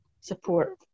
support